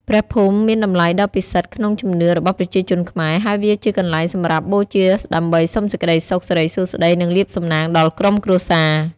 ព្រះភូមិមានតម្លៃដ៏ពិសិដ្ឋក្នុងជំនឿរបស់ប្រជាជនខ្មែរ ហើយវាជាកន្លែងសម្រាប់បូជាដើម្បីសុំសេចក្តីសុខ សិរីសួស្តី និងលាភសំណាងដល់ក្រុមគ្រួសារ។